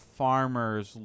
farmers